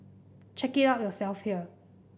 check it out yourself here